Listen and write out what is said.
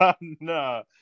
no